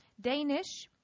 Danish